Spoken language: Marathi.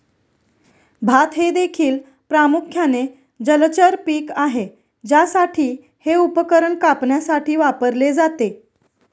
भात हे देखील प्रामुख्याने जलचर पीक आहे ज्यासाठी हे उपकरण कापण्यासाठी वापरले जाते